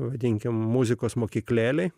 vadinkime muzikos mokyklėlė